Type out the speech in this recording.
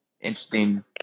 interesting